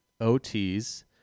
OT's